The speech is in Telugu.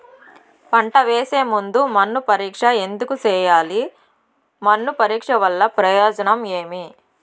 పంట వేసే ముందు మన్ను పరీక్ష ఎందుకు చేయాలి? మన్ను పరీక్ష వల్ల ప్రయోజనం ఏమి?